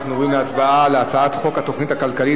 אנחנו עוברים להצבעה על הצעת חוק התוכנית הכלכלית